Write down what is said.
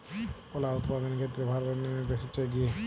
কলা উৎপাদনের ক্ষেত্রে ভারত অন্যান্য দেশের চেয়ে এগিয়ে